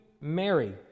mary